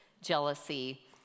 jealousy